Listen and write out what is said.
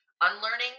unlearning